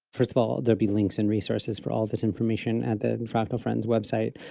first of all, there'll be links and resources for all this information at the and fractal friends website.